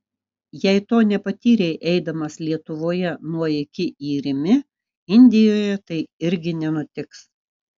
jei to nepatyrei eidamas lietuvoje nuo iki į rimi indijoje tai irgi nenutiks